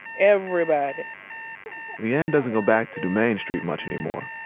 everybody le-ann doesn't go back to dumaine street much anymore.